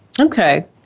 Okay